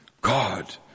God